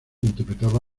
interpretaba